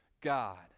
God